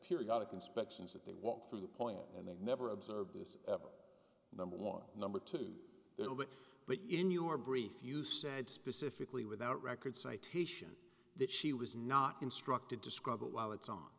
periodic inspections that they walk through the point and they never observe this number was number two there were but in your brief you said specifically without record citation that she was not instructed to scrub it while it's on